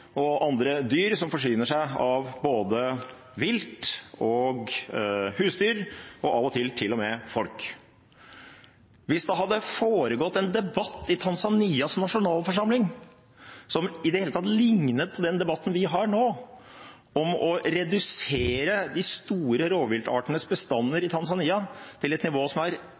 og andre dyr som forsyner seg av både vilt og husdyr, og av og til til og med av folk. Hvis det hadde foregått en debatt i Tanzanias nasjonalforsamling som i det hele tatt lignet på den debatten vi har nå, om å redusere de store rovviltartenes bestander i Tanzania til et nivå som er